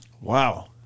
Wow